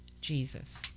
Jesus